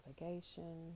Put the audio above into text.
navigation